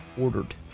ordered